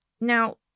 now